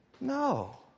No